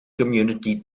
community